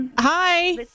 hi